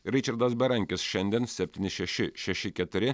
ričardas berankis šiandien septyni šeši šeši keturi